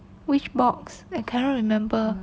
which box I cannot remember